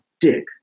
dick